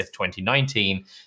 2019